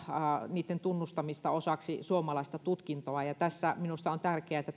niitten tunnustamista osaksi suomalaista tutkintoa tässä minusta on tärkeätä että